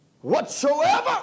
Whatsoever